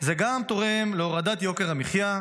זה גם תורם להורדת יוקר המחיה,